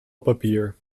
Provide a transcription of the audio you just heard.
papier